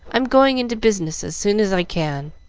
i'm going into business as soon as i can.